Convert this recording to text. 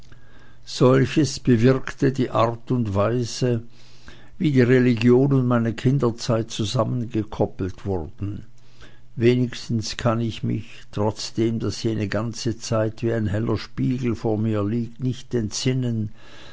solches bewirkte die art und weise wie die religion und meine kinderzeit zusammengekuppelt wurden wenigstens kann ich mich trotzdem daß jene ganze zeit wie ein heller spiegel vor mir liegt nicht entsinnen